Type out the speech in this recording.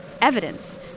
Evidence